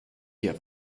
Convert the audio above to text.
dir